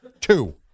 Two